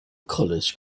college